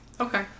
Okay